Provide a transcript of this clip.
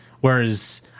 Whereas